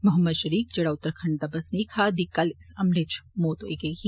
मोहम्मद षारीक जेडा उत्तराखंड दा बसनीक हा दी कल इस हमले च मौत होई गेई ही